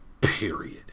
Period